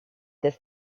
this